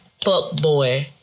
fuckboy